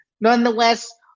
nonetheless